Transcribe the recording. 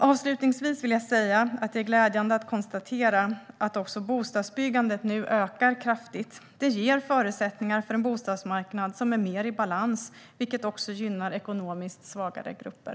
Avslutningsvis vill jag säga att det är glädjande att konstatera att också bostadsbyggandet nu ökar kraftigt. Det ger förutsättningar för en bostadsmarknad som är mer i balans, vilket också gynnar ekonomiskt svagare grupper.